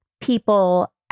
people